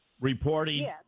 reporting